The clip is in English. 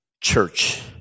church